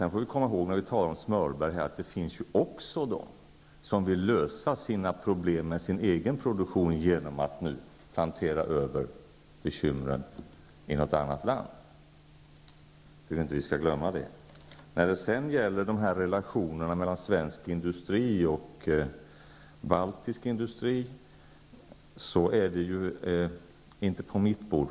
När vi talar om smörberg måste vi komma ihåg att det finns de som vill lösa sina problem i sin egen produktion genom att plantera över bekymren i något annat land. Relationerna mellan svensk och baltisk industri ligger inte riktigt på mitt bord.